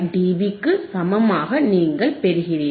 5dB க்கு சமமாக நீங்கள் பெறுகிறீர்கள்